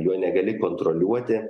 jo negali kontroliuoti